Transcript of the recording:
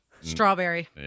Strawberry